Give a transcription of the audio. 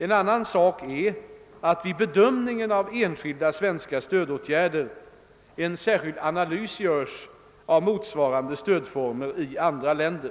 En annan sak är att vid bedömningen av enskilda svenska stödåtgärder en särskild analys görs av motsvarande stödformer i andra länder.